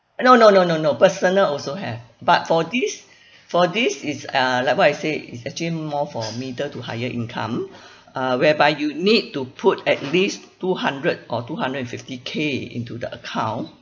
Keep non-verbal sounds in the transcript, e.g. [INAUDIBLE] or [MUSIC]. no no no no no personal also have but for this [BREATH] for this is uh like what I say it's actually more for middle to higher income [BREATH] uh whereby you need to put at least two hundred or two hundred and fifty K into the account